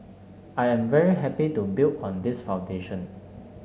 I am very happy to build on this foundation